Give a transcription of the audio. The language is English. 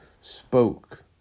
spoke